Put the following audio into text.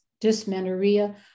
dysmenorrhea